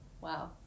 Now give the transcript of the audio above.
Wow